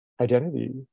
identity